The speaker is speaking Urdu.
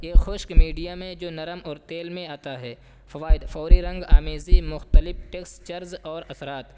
یہ خشک میڈیم ہے جو نرم اور تیل میں آتا ہے فوائد فوری رنگ آمیزی مختلب ٹیکسچرز اور اثرات